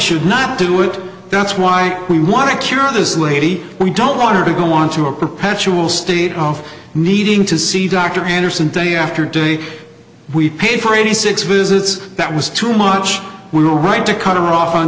should not do it that's why we want to cure this lady we don't want her to go into a perpetual state of needing to see dr henderson day after day we paid for eighty six visits that was too much we were right to cut her off on